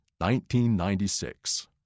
1996